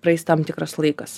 praeis tam tikras laikas